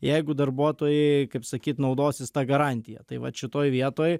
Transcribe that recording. jeigu darbuotojai kaip sakyt naudosis ta garantija tai vat šitoj vietoj